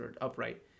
upright